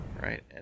right